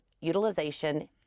Utilization